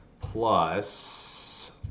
plus